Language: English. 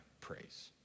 praise